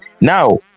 now